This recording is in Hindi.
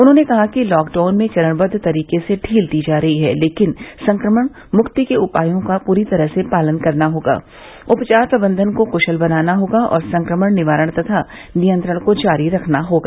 उन्होंने कहा कि लॉकडाउन में चरणबद्व तरीके से ढील दी जा रही है लेकिन संक्रमण मुक्ति के उपायों का पूरी तरह पालन करना होगा उपचार प्रबंधन को क्शल बनाना होगा और संक्रमण निवारण तथा नियंत्रण को जारी रखना होगा